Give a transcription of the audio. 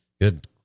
good